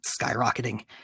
skyrocketing